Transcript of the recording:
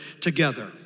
together